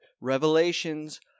Revelations